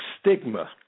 stigma